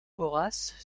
horace